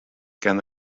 gan